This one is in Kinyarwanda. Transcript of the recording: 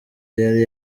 yari